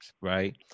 right